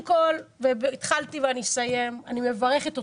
התחלתי ואסיים, אני מברכת אותך,